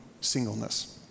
singleness